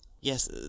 Yes